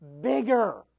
bigger